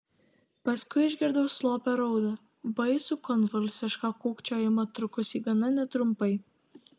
paskui išgirdau slopią raudą baisų konvulsišką kūkčiojimą trukusį gana netrumpai